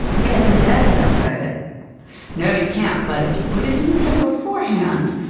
you can't imagine outside it no, you can't. but if you put it in your head beforehand,